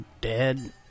dead